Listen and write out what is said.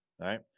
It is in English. right